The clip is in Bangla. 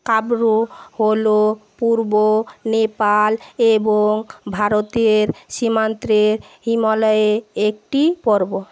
কাব্রু হলো পূর্ব নেপাল এবং ভারতের সীমান্তে হিমালয়ে একটি পর্বত